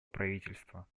правительства